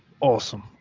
awesome